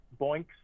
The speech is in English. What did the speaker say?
boinks